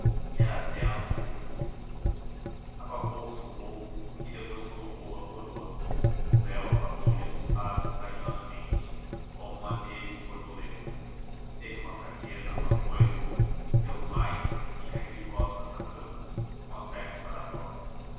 era dela aquilo tudo apalpou se um pouco e depois colocou a coroa o véu afagou lhe as espáduas carinhosamente como um adejo de borboleta teve uma fraqueza uma cousa deu um ai e caiu de costas na cama com as pernas para fora